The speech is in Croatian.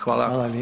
Hvala.